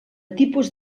tipus